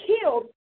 killed